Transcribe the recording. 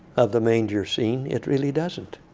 of the manger scene. it really doesn't.